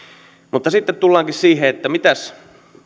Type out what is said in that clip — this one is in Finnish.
mutta sitten tullaankin siihen että mitäs